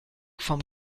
vom